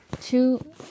Two